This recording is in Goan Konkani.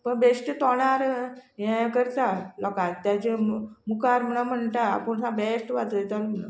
पण बेश्ट तोंडार हे करता लोकांक तेजे मुखार म्हणो म्हणटा आपूण बेश्ट वाचयता